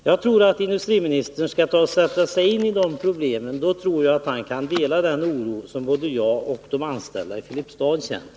Jag tycker att industriministern bör sätta sig in i problemen. Då tror jag att han kan dela den oro som både jag och de anställda i Filipstad känner.